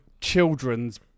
children's